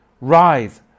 Rise